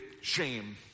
shame